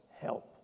help